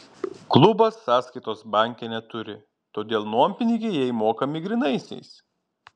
klubas sąskaitos banke neturi todėl nuompinigiai jai mokami grynaisiais